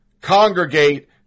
congregate